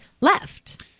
left